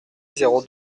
zéro